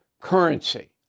currency